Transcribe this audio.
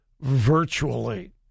virtually